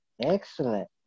excellent